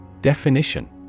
Definition